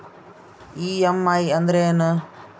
EMI ಅಂದ್ರೇನು?